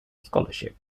scholarship